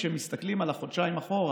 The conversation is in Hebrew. כשמסתכלים על החודשיים אחורה,